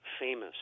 famous